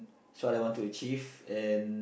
is what I want to achieve and